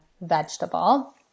vegetable